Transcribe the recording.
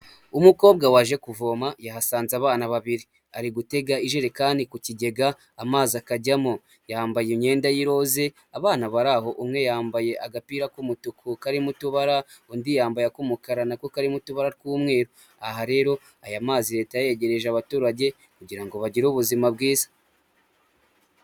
Umukobwa waje kuvoma, yahasanze abana babiri, ari gutega ijerekani ku kigega, amazi akajyamo, yambaye imyenda y'iroze, abana bari aho umwe yambaye agapira k'umutuku, karimo utubara, undi yambaye ak'umukara nako karimo utubara tw'umweru, aha rero, aya mazi leta yayegereje abaturage, kugira bagire ubuzima bwiza.